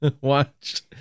watched